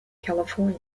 california